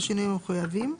בשינויים המחויבים: